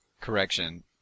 correction